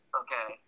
okay